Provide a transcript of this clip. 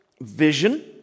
vision